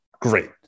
great